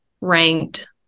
ranked